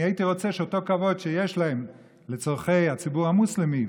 אני הייתי רוצה שאותו כבוד שיש להם לצורכי הציבור המוסלמי,